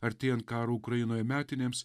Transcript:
artėjant karo ukrainoje metinėms